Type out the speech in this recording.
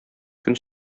көн